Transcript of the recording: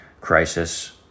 crisis